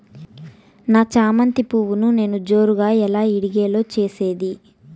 నా చామంతి పువ్వును నేను జోరుగా ఎలా ఇడిగే లో చేసేది?